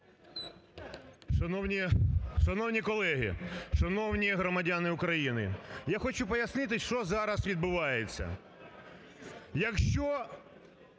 Шановні колеги! Шановні громадяни України! Я хочу пояснити, що зараз відбувається. Якщо